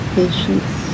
patience